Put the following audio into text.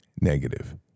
negative